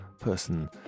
person